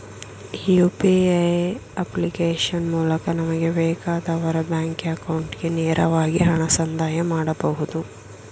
UPA application ಮೂಲಕ ನಮಗೆ ಬೇಕಾದವರ ಬ್ಯಾಂಕ್ ಅಕೌಂಟಿಗೆ ನೇರವಾಗಿ ಹಣ ಸಂದಾಯ ಮಾಡಬಹುದು